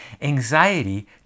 Anxiety